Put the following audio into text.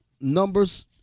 Numbers